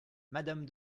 madame